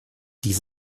dies